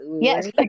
Yes